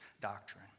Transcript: doctrine